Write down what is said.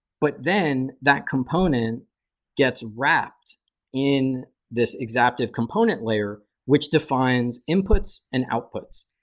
but then, that component gets wrapped in this exaptive component layer which defines inputs and outputs.